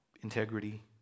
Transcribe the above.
integrity